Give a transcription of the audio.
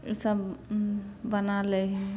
ई सब बना लै हइ